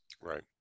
right